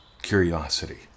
curiosity